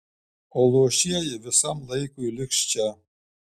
o luošieji visam laikui liks čia